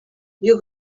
you